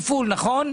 ב-2023.